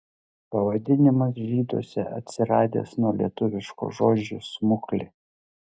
pavadinimas žyduose atsiradęs nuo lietuviško žodžio smuklė